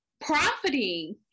profiting